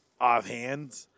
offhand